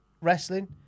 wrestling